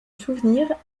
souvenir